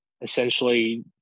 essentially